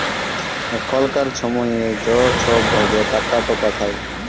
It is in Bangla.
এখলকার ছময়ে য ছব ভাবে টাকাট পাঠায়